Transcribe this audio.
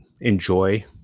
enjoy